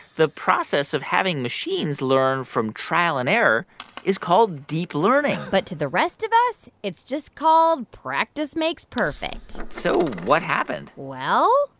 the process of having machines learn from trial and error is called deep learning but to the rest of us, it's just called practice makes perfect so what happened? well.